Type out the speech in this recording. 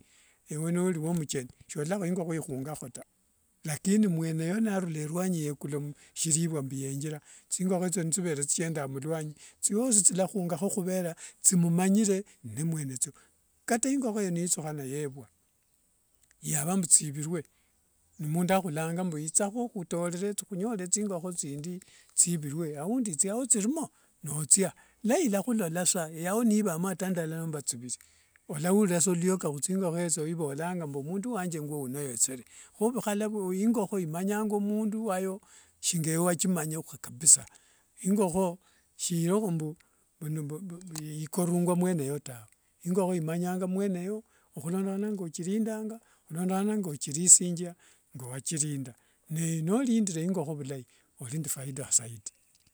Ewo noliwo mcheni sololango ingokho nikhungakho ta lakini mwenyeyo narura ruanyi yekulo m sirivua mbuyethira thingokho ethio nithivere nthikendanga muluanyi thiso thialahungakho huvera thimumanyire nimwenyethio. Kata ingokho ethio nithihana yevua, yava mbu thivirue ne mundu ahulanga mbu hutoree hunyore thingokho thindi thivirue aundi thiao thilimo, nothia lilahulola sa yao nivamo ndala nomba thiviri olaura sa luoka huthingokho ethio ivolanga mbu mundu wache nguono yethere ovhukhala ingokho imamyanga mundu wayo shingaewe wathimanya kabisa. Ingokho shirombu ikorunguanga mwenyeyo tawe, ingokho imamyanga mwenyeyo hulondohana nga ngothilisingia ngiwathilinda ne nolindire ingokho vilai olinende faida saidi.